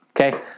Okay